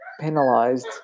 penalized